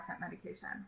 medication